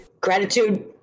gratitude